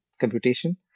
computation